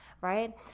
right